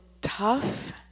tough